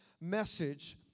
message